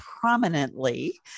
prominently